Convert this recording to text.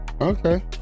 okay